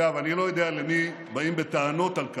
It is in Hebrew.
אגב, אני לא יודע למי באים בטענות על כך,